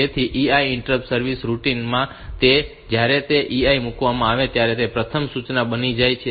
તેથી EI એ interrupt service routine માં અને જ્યારે તે EI મૂકવામાં આવે છે ત્યારે પ્રથમ સૂચના બની જાય છે